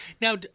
now